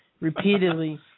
repeatedly